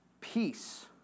peace